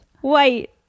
White